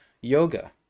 yoga